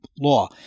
law